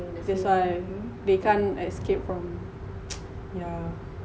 that's why they can't escape from their yeah